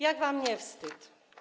Jak wam nie wstyd?